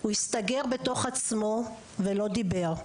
הוא הסתגר בתוך עצמו ולא דיבר.